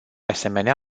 asemenea